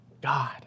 God